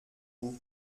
vous